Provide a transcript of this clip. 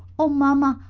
oh, mamma,